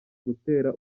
gutera